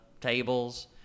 tables